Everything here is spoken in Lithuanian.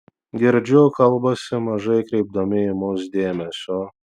girdžiu kalbasi mažai kreipdami į mus dėmesio